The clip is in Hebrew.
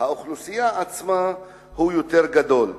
האוכלוסייה עצמה היא יותר גדולה,